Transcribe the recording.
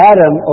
Adam